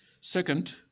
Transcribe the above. Second